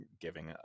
giving